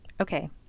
Okay